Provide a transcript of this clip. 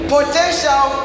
Potential